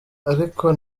ariko